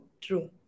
true